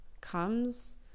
comes